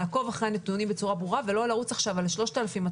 לעקוב אחרי הנתונים בצורה ברורה ולא לרוץ עכשיו על 3,200